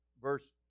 verse